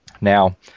Now